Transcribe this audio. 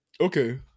Okay